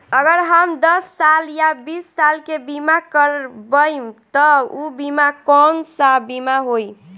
अगर हम दस साल या बिस साल के बिमा करबइम त ऊ बिमा कौन सा बिमा होई?